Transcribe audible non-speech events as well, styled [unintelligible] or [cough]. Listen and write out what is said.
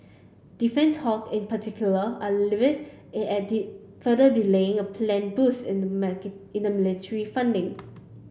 defence hawk in particular are livid [unintelligible] further delaying a planned boost in the [unintelligible] in the military funding